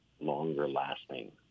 longer-lasting